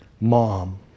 mom